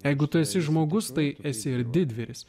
jeigu tu esi žmogus tai esi ir didvyris